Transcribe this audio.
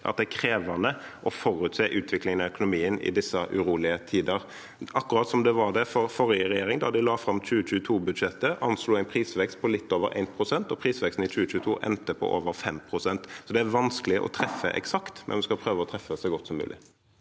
at det er krevende å forutse utviklingen i økonomien i disse urolige tider – akkurat som det var for forrige regjering da de la fram 2022-budsjettet og anslo en prisvekst på litt over 1 pst., og prisveksten i 2022 endte på over 5 pst. Det er vanskelig å treffe eksakt, men vi skal prøve å treffe så godt som mulig.